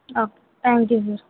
okay thank you sir